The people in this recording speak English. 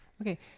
Okay